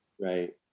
Right